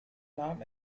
nahm